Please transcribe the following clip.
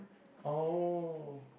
oh